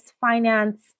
finance